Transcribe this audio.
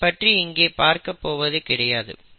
அதை பற்றி இங்கே பார்க்கப் போவது கிடையாது